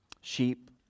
Sheep